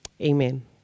Amen